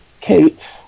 Kate